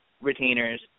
retainers